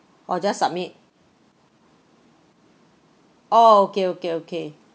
oh just submit oh okay okay okay